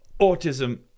Autism